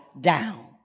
down